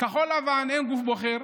כחול לבן, אין גוף בוחר,